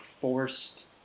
forced